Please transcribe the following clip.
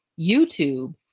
youtube